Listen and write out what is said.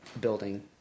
building